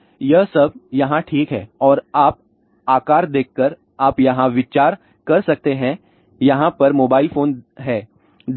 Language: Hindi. तो यह सब यहाँ ठीक है और आप आकार देखकर आप यहाँ विचार कर सकते हैं हैं यहाँ पर मोबाइल फोन है